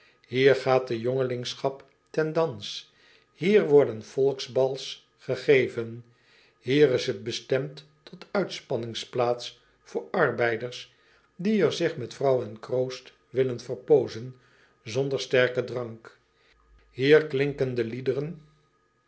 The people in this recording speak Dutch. hier gaat de jongelingschap ten dans hier worden volksbals gegeven ier is t bestemd tot uitspanningsplaats voor arbeiders die er zich met vrouw en kroost willen verpoozen zonder sterken drank ier klinken de liederen